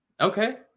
Okay